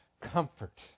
comfort